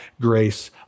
grace